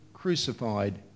crucified